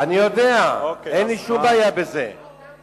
אני יודע, אין